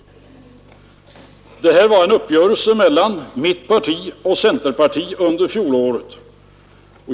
Det här var en uppgörelse mellan mitt parti och centerpartiet under fjolåret.